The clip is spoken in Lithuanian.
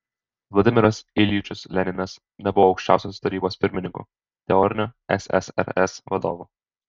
vladimiras iljičius leninas nebuvo aukščiausios tarybos pirmininku teoriniu ssrs vadovu